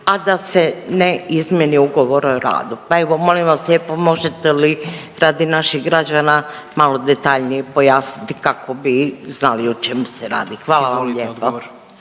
a da se ne izmjeni ugovor o radu. Pa evo molim vas lijepo možete li radi naših građana malo detaljnije pojasniti kako bi znali o čemu se radi. Hvala vam lijepo.